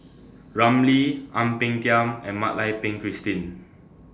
Ramli Ang Peng Tiam and Mak Lai Peng Christine